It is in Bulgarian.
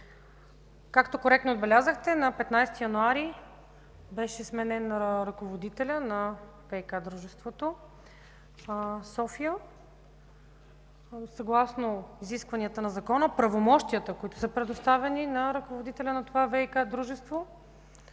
както коректно отбелязахте, на 15 януари беше сменен ръководителят на ВиК дружеството – София. Съгласно изискванията на закона правомощията, които са предоставени на ръководителя на това ВиК дружество,